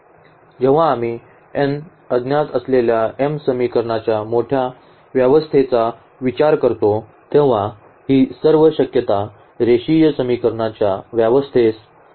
जेव्हा आम्ही n अज्ञात असलेल्या m समीकरणाच्या मोठ्या व्यवस्थेचा विचार करतो तेव्हा ही सर्व शक्यता रेषीय समीकरणांच्या व्यवस्थेस येऊ शकते